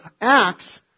Acts